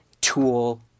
tool